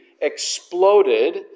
exploded